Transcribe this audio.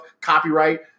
copyright